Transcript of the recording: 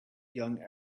young